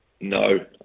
No